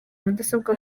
mudasobwa